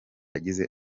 yagize